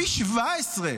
פי 17,